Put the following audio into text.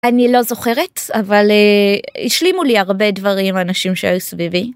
אני לא זוכרת אבל השלימו לי הרבה דברים אנשים שהיו סביבי.